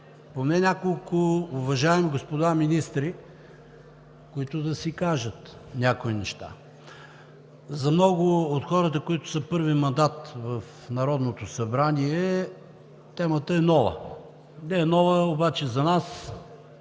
поне няколко уважаеми господа министри, които да си кажат някои неща. За много от хората, които са първи мандат в Народното събрание, темата е нова. Не е нова обаче за нас,